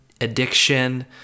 addiction